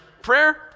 prayer